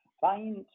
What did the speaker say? find